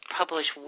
publish